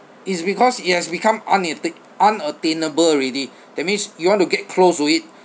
it's because it has become una~ unattainable already that means you want to get close to it